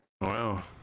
Wow